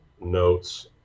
notes